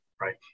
right